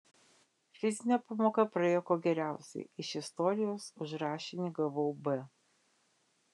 fizinio pamoka praėjo kuo geriausiai iš istorijos už rašinį gavau b